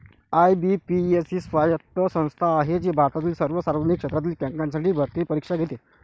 IBPS ही स्वायत्त संस्था आहे जी भारतातील सर्व सार्वजनिक क्षेत्रातील बँकांसाठी भरती परीक्षा घेते